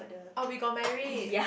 oh we got married